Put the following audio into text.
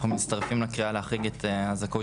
אנחנו מצטרפים לקריאה להחריג את הזכאות